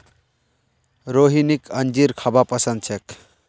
रोहिणीक अंजीर खाबा पसंद छेक